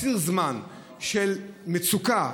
ציר הזמן של המצוקה,